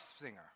singer